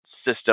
system